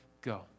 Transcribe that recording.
go